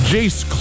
Jace